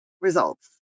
results